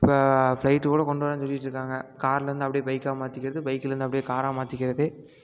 இப்போ ஃப்ளைட்டு கூட கொண்டு வரேன்னு சொல்லிட்டிருக்காங்க கார்லருந்து அப்டி பைக்காக மாற்றிக்கிறது பைக்குலேருந்து அப்டி காராக மாற்றிக்கிறது